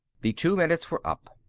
the two minutes were up.